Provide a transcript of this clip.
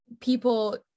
people